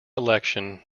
election